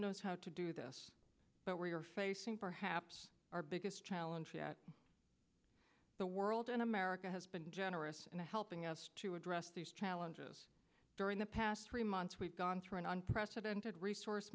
knows how to do this but we are facing perhaps our biggest challenge yet the world in america has been generous and helping us to address these challenges during the past three months we've gone through an unprecedented resource